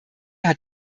hat